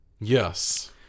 Yes